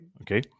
Okay